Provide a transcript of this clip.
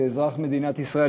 כאזרח מדינת ישראל,